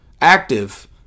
active